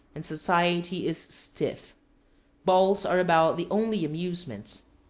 and society is stiff balls are about the only amusements.